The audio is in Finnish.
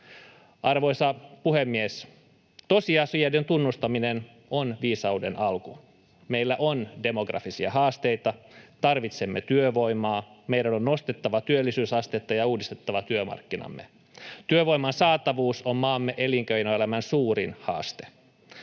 Arvoisa puhemies! Tosiasioiden tunnustaminen on viisauden alku. Meillä on demografisia haasteita. Tarvitsemme työvoimaa. Meidän on nostettava työllisyysastetta ja uudistettava työmarkkinamme. Työvoiman saatavuus on maamme elinkeinoelämän suurin haaste.